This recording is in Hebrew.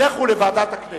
לכו לוועדת הכנסת,